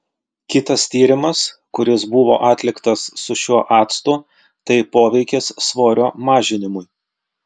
kitas tyrimas kuris buvo atliktas su šiuo actu tai poveikis svorio mažinimui